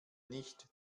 nicht